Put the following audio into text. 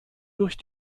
durch